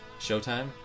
Showtime